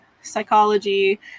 psychology